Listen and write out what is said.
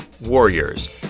Warriors